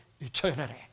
eternity